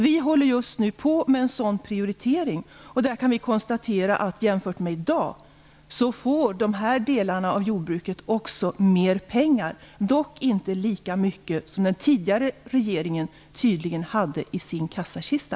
Vi håller just nu på med en sådan prioritering, där vi konstaterar att de här delarna av jordbruket får mer pengar än i dag - dock inte lika mycket pengar som den tidigare regeringen tydligen hade i sin kassakista.